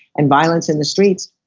and violence in the streets.